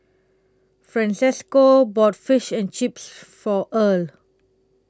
Francesco bought Fish and Chips For Earle